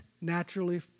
naturally